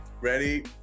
Ready